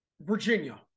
Virginia